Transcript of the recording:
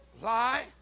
Lie